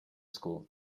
school